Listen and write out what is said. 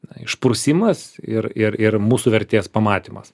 na išprusimas ir ir ir mūsų vertės pamatymas